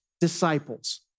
disciples